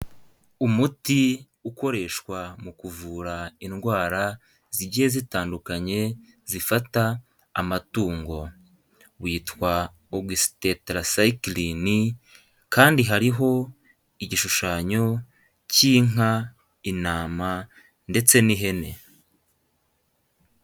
Umuti ukoreshwa mu kuvura indwara zigiye zitandukanye zifata amatungo witwa ogisitetarasayitirini kandi hariho igishushanyo cy'inka, intama ndetse n'ihene.